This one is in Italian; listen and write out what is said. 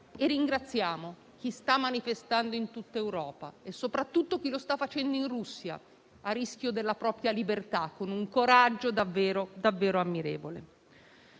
Ringraziamo chi sta manifestando in tutta Europa e soprattutto chi lo sta facendo in Russia a rischio della propria libertà, con un coraggio davvero ammirevole.